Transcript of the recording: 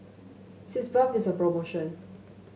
Sitz Bath is on promotion